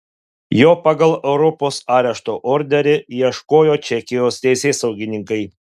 jo pagal europos arešto orderį ieškojo čekijos teisėsaugininkai